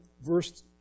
verse